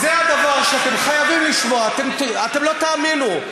זה דבר שאתם חייבים לשמוע, אתם לא תאמינו: